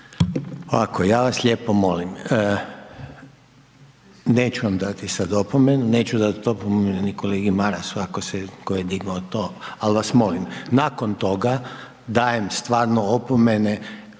Ovako ja vas lijepo molim, neću vam sada dati opomenu, neću dati opomenu ni kolegi Marasu ako je dignuo to, ali vas molim nakon toga dajem stvarno opomene